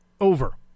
over